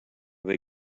they